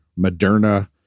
Moderna